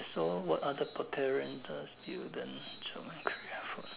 so what other parent children